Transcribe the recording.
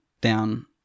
down